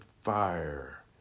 fire